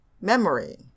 memory